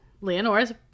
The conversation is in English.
Leonora's